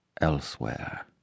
elsewhere